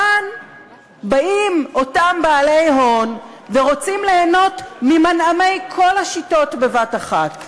כאן באים אותם בעלי הון ורוצים ליהנות ממנעמי כל השיטות בבת-אחת.